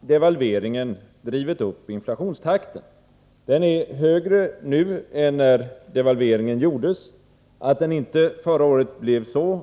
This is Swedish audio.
Herr talman! Det går väl ändå inte att komma ifrån att devalveringen har drivit upp inflationstakten. Den är högre nu än när devalveringen genomfördes. Att den inte blev så